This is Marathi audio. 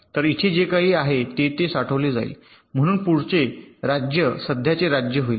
तर इथे जे काही आहे ते ते साठवले जाईल म्हणून पुढचे राज्य सध्याचे राज्य होईल